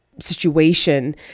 situation